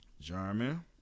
German